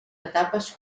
etapes